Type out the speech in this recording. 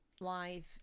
live